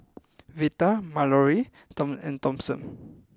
Veta Mallorie and Thompson